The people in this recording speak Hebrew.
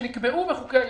שנקבעו בחוקי היסוד.